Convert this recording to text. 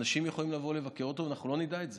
אנשים יכולים לבוא לבקר אותו ואנחנו לא נדע את זה.